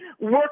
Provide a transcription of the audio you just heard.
work